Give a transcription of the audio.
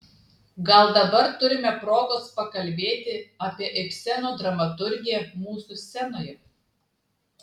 gal dabar turime progos pakalbėti apie ibseno dramaturgiją mūsų scenoje